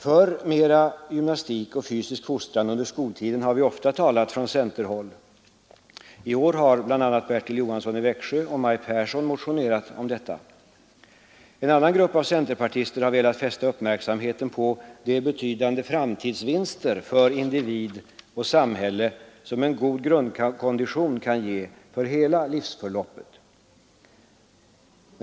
För mera gymnastik och fysisk fostran under skoltiden har vi ofta talat från centerhåll. I år har bl.a. Bertil Johansson i Växjö och Mai Pehrsson motionerat om detta. En annan grupp av centerpartister har velat fästa uppmärksamheten på de betydande framtidsvinster för individ och samhälle som en god grundkondition kan ge för hela livsförloppet.